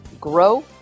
grow